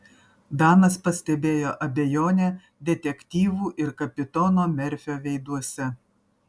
danas pastebėjo abejonę detektyvų ir kapitono merfio veiduose